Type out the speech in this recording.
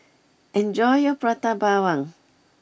enjoy your Prata Bawang